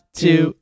two